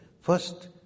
First